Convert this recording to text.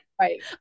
Right